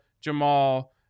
Jamal